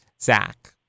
Zach